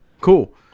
Cool